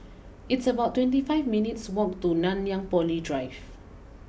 it's about twenty five minutes walk to Nanyang Poly Drive